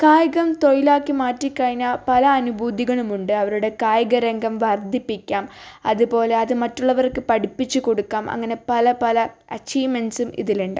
കായികം തൊഴിലാക്കി മാറ്റിക്കഴിഞ്ഞാൽ പല അനുഭൂതികളുമുണ്ട് അവരുടെ കായികരംഗം വർദ്ധിപ്പിക്കാം അതുപോലെ അത് മറ്റുള്ളവർക്ക് പഠിപ്പിച്ചു കൊടുക്കാം അങ്ങനെ പല പല അച്ചീവ്മെൻ്റ്സും ഇതിലുണ്ട്